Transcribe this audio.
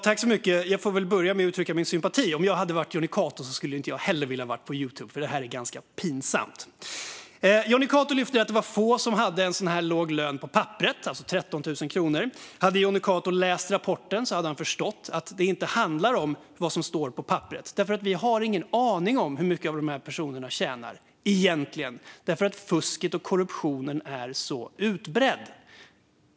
Fru talman! Jag får börja med uttrycka min sympati. Om jag var Jonny Cato skulle inte jag heller vilja vara med på Youtube, för det här är ganska pinsamt. Jonny Cato lyfte fram att det var få som på papperet hade en så låg lön som 13 000 kronor. Om Johnny Cato hade läst rapporten hade han förstått att det inte handlar om vad som står på papperet, för vi har ingen aning om hur mycket dessa personer tjänar egentligen därför att fusket och korruptionen är så utbrett.